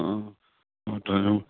অঁ অঁ